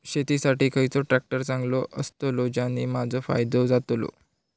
शेती साठी खयचो ट्रॅक्टर चांगलो अस्तलो ज्याने माजो फायदो जातलो?